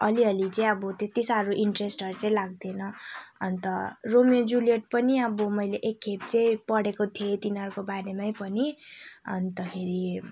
अलिअलि चाहिँ अब त्यति साह्रो इन्ट्रेसहरू चाहिँ लाग्दैन अन्त रोमियो ज्युलियट पनि अब मैले एक खेप चाहिँ पढेको थिएँ तिनीहरूको बारेमै पनि अन्तखेरि